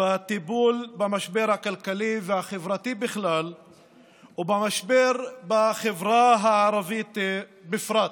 בטיפול במשבר הכלכלי והחברתי בכלל ובמשבר בחברה הערבית בפרט.